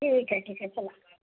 ठीक आहे ठीक आहे चला